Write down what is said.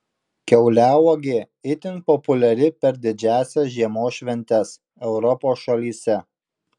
kiauliauogė itin populiari per didžiąsias žiemos šventes europos šalyse